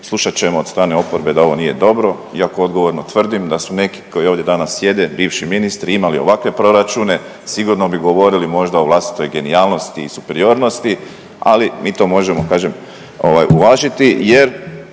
Slušat ćemo od strane oporbe da ovo nije dobro iako odgovorno tvrdim da su neki koji ovdje danas sjede, bivši ministri imali ovakve proračune sigurno bi govorili možda o vlastitoj genijalnosti i superiornosti, ali mi to možemo kažem ovaj uvažiti jer